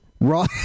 Raw